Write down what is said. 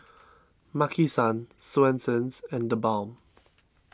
Maki San Swensens and theBalm